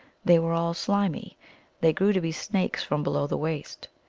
they were all slimy they grew to be snakes from below the waist.